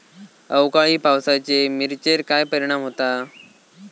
अवकाळी पावसाचे मिरचेर काय परिणाम होता?